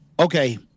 okay